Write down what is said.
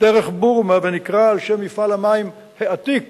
"דרך בורמה" ונקרא על שם מפעל המים העתיק